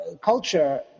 culture